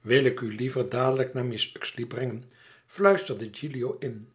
wil ik u liever dadelijk naar mrs uxeley brengen fluisterde gilio haar in